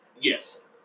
Yes